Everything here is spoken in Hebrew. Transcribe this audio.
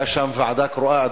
היתה שם ועדה קרואה,